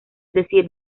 decir